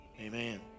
Amen